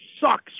sucks